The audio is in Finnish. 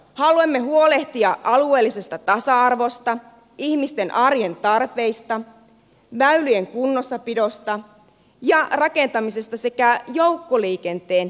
haluamme huolehtia alueellisesta tasa arvosta ihmisten arjen tarpeista väylien kunnossapidosta ja rakentamisesta sekä joukkoliikenteen kehittämisestä